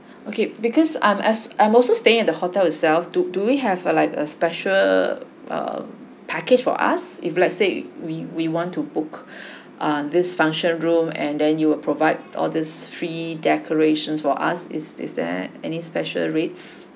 okay because I'm as~ I'm also stay at the hotel itself do do we have a like a special err package for us if let's say we we want to book err this function room and then you would provide all this free decorations for us is is there any special rates